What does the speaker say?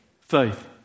faith